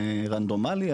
רנדומלי,